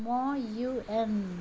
म युएन